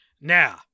Now